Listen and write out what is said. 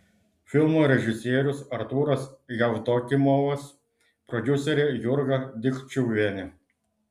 filmo režisierius artūras jevdokimovas prodiuserė jurga dikčiuvienė